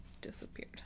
disappeared